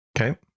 Okay